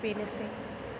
बेनोसै